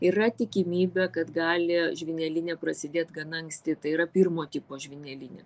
yra tikimybė kad gali žvynelinė prasidėt gana anksti tai yra pirmo tipo žvynelinė